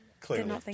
Clearly